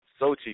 Sochi